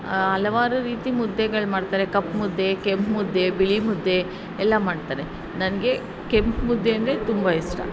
ಹಲವಾರು ರೀತಿ ಮುದ್ದೆಗಳ ಮಾಡ್ತಾರೆ ಕಪ್ಪು ಮುದ್ದೆ ಕೆಂಪು ಮುದ್ದೆ ಬಿಳಿ ಮುದ್ದೆ ಎಲ್ಲ ಮಾಡ್ತಾರೆ ನನಗೆ ಕೆಂಪು ಮುದ್ದೆ ಅಂದರೆ ತುಂಬ ಇಷ್ಟ